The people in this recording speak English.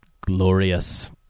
glorious